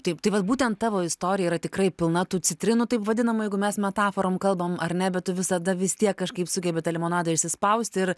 taip tai vat būtent tavo istorija yra tikrai pilna tų citrinų taip vadinamų jeigu mes metaforom kalbama ar ne bet tu visada vis tiek kažkaip sugebi limonado išsispaust ir